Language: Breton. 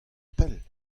pell